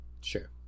Sure